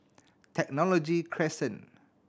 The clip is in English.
Technology Crescent